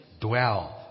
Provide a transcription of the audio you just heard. Dwell